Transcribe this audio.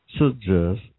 suggest